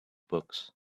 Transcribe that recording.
books